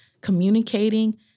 Communicating